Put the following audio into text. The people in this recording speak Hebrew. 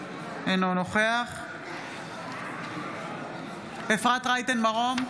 אינו נוכח אפרת רייטן מרום,